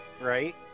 right